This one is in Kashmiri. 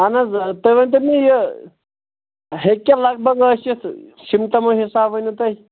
اہن حظ تُہۍ ؤنۍتَو مےٚ یہِ ہیٚکیٛاہ لگ بگ ٲسِتھ سمٹمو حِساب ؤنِو تُہۍ